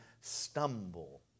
stumble